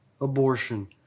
abortion